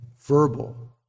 verbal